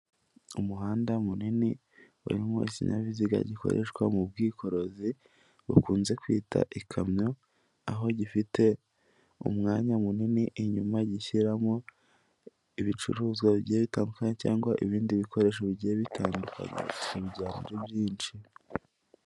Umuhanda munini urimo ikinyabiziga gikoreshwa mu bwikorezi, bakunze kwita ikamyo, aho gifite umwanya munini inyuma gishyiramo ibicuruzwa bigiye bitandukanye, cyangwa ibindi bikoresho bigiye bitandukanye n'ibicuruzwa nabyo byinshi.